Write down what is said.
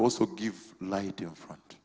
also give light in front